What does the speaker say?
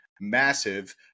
massive